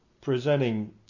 presenting